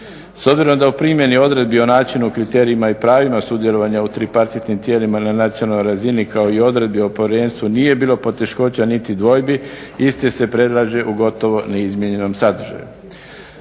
S obzirom da u primjeni odredbi o načinu kriterijima i pravima sudjelovanja u tripartitnim tijelima na nacionalnoj razini kao i odredbi o povjerenstvu nije bilo poteškoća niti dvojbi isti se predlaže u gotovo neizmjenjenom sadržaju.